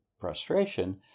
frustration